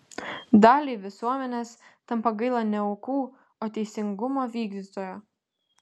daliai visuomenės tampa gaila ne aukų o teisingumo vykdytojo